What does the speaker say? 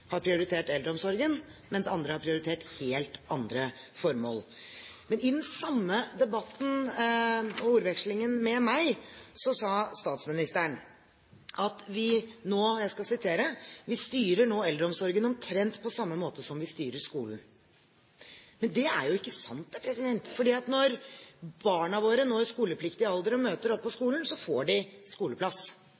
har prioritert eldreomsorgen, mens andre har prioritert helt andre formål. Men i den samme debatten og ordvekslingen med meg sa statsministeren: «Vi styrer nå eldreomsorgen omtrent på samme måte som vi styrer skolen.» Men det er jo ikke sant. For når barna våre når skolepliktig alder og møter opp på